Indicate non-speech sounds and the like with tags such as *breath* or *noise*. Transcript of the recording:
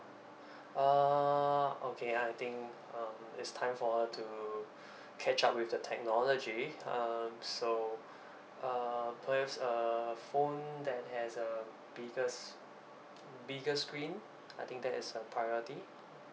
err okay I think um it's time for her to *breath* catch up with the technology um so uh perhaps a phone that has uh biggest bigger screen I think that is a priority